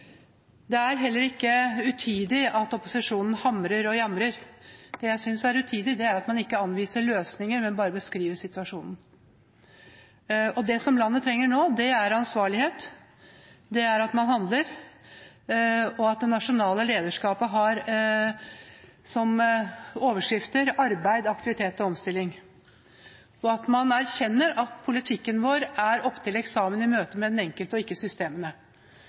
Det er heller ikke utidig at opposisjonen hamrer og jamrer. Det jeg synes er utidig, er at man ikke anviser løsninger, men bare beskriver situasjonen. Det landet trenger nå, er ansvarlighet, det er at man handler, at det nasjonale lederskapet har som overskrifter arbeid, aktivitet og omstilling, at man erkjenner at politikken vår er oppe til eksamen i møte med den enkelte og ikke systemene,